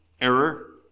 error